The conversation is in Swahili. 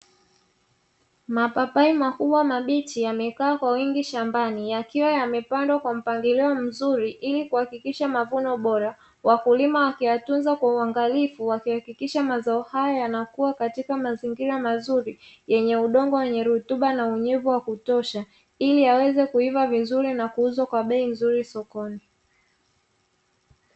Mapapai makubwa mabichi yamekaa kwa wingi shambani yakiwa yamepandwa kwa mpangilioni mzuri ili kuhakikisha mavuno bora, wakulima wakiyatunza kwa uangalifu wakihakikisha mazao haya yanakuwa katika mazingira mazuri yenye udongo wenye rutuba na unyevu wa kutosha, ili yaweze kuiva vizuri na kuuzwa kwa bei nzuri sokoni.